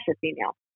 female